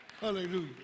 Hallelujah